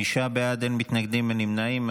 חמישה בעד, אין מתנגדים, אין נמנעים.